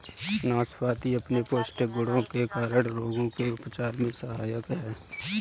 नाशपाती अपने पौष्टिक गुणों के कारण रोगों के उपचार में सहायक है